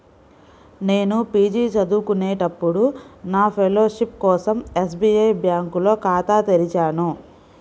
నేను పీజీ చదువుకునేటప్పుడు నా ఫెలోషిప్ కోసం ఎస్బీఐ బ్యేంకులో ఖాతా తెరిచాను